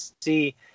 see